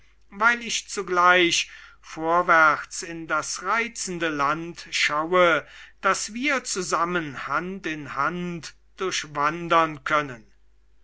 weil ich zugleich vorwärts in das reizende land schaue das wir zusammen hand in hand durchwandern können